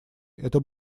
это